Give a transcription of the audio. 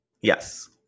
Yes